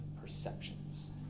perceptions